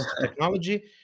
technology